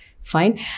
Fine